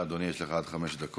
בבקשה, אדוני, יש לך עד חמש דקות.